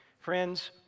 Friends